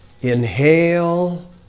Inhale